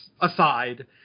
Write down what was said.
aside